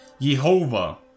Yehovah